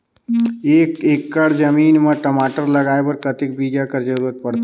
एक एकड़ जमीन म टमाटर लगाय बर कतेक बीजा कर जरूरत पड़थे?